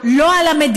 לא על הממשלה,